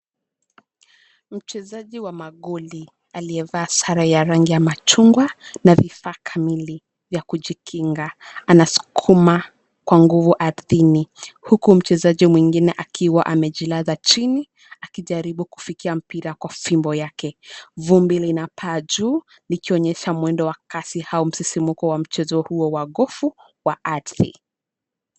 Mchezaji wa magoli aliyevaa hasara ya rangi ya matungwa na vifaa kamili vya kujikinga anasukuma kwa nguvu ardhini, huku mchezaji mwingine akiwa amejilaza chini, akijaribu kufikia mpira kwa fimbo yake. Vumbi linapaa juu nikionyesha mwendo wa kasi hao msisimko wa mchezo huo wa gofu wa ardhi.